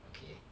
okay